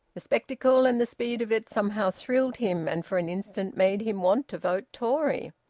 the spectacle, and the speed of it, somehow thrilled him, and for an instant made him want to vote tory.